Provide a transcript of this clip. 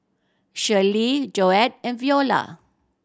Shelley Joette and Viola